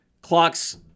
clock's